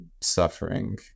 suffering